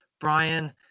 Brian